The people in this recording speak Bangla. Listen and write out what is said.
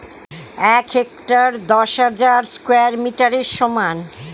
এক হেক্টার দশ হাজার স্কয়ার মিটারের সমান